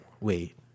wait